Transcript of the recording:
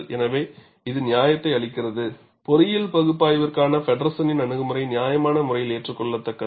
எனவே இது நியாயத்தை அளிக்கிறது பொறியியல் பகுப்பாய்விற்கான ஃபெடெர்சனின் அணுகுமுறை நியாயமான முறையில் ஏற்றுக்கொள்ளத்தக்கது